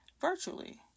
virtually